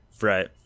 right